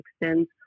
extends